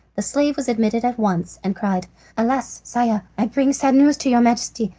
the slave was admitted at once and cried alas, sire! i bring sad news to your majesty.